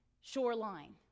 shoreline